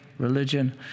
religion